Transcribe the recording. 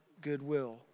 goodwill